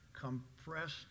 compressed